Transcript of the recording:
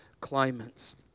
climates